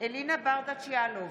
אלינה ברדץ' יאלוב,